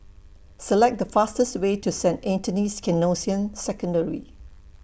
Select The fastest Way to Saint Anthony's Canossian Secondary